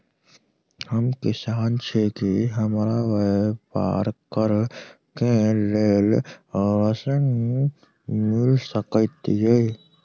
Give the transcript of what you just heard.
हम किसान छी की हमरा ब्यपार करऽ केँ लेल ऋण मिल सकैत ये?